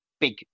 big